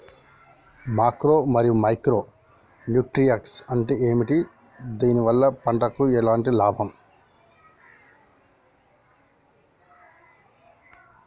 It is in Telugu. మాక్రో మరియు మైక్రో న్యూట్రియన్స్ అంటే ఏమిటి? దీనివల్ల పంటకు ఎటువంటి లాభం?